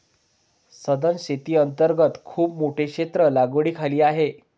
सधन शेती अंतर्गत खूप मोठे क्षेत्र लागवडीखाली आहे